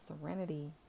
serenity